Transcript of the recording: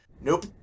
Nope